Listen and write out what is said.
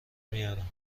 میارم